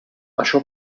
això